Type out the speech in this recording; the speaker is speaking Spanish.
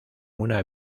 una